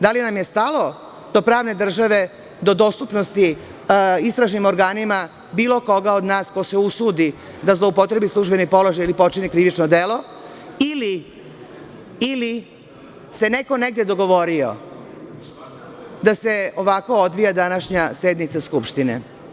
Da li nam je stalo do pravne države, do dostupnosti istražnim organima bilo koga od nas ko se usudi da zloupotrebi službeni položaj ili počini krivično delo ili se neko negde dogovorio da se ovako odvija današnja sednica Skupštine?